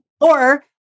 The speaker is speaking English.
Or-